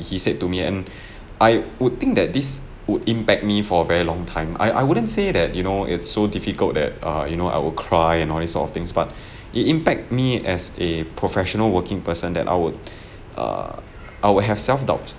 he said to me and I would think that this would impact me for a very long time I I wouldn't say that you know it's so difficult that uh you know I would cry and all this sort of things but it impact me as a professional working person that I would err I would have self-doubt